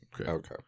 Okay